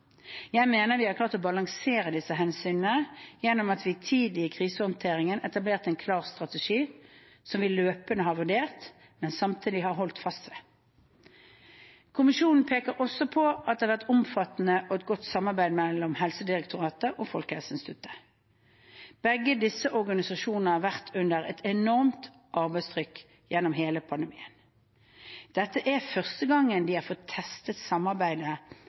Jeg mener at vi har klart å balansere disse hensynene gjennom at vi tidlig i krisehåndteringen etablerte en klar strategi, som vi løpende har vurdert, men samtidig holdt fast ved. Kommisjonen peker også på at det har vært et omfattende og godt samarbeid mellom Helsedirektoratet og Folkehelseinstituttet. Begge disse organisasjonene har vært under et enormt arbeidstrykk gjennom hele pandemien. Dette er første gang de har fått testet samarbeidet